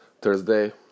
thursday